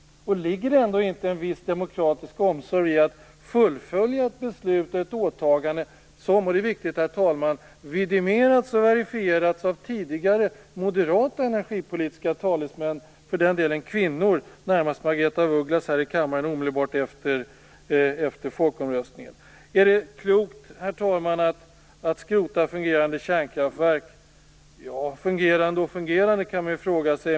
Och ligger det ändå inte en viss demokratisk omsorg i att fullfölja ett beslut och ett åtagande som - och det är viktigt, herr talman - vidimerats och verifierats av tidigare moderata energipolitiska talesmän och för den delen - kvinnor? Jag tänker närmast på Margaretha af Ugglas här i kammaren omedelbart efter folkomröstningen. Är det klokt, herr talman, att skrota fungerande kärnkraftverk? Ja, fungerande och fungerande, kan man ju säga.